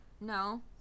No